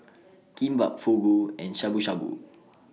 Kimbap Fugu and Shabu Shabu